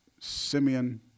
Simeon